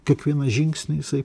kiekvieną žingsnį jisai